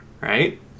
right